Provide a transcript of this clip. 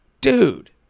dude